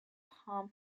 palm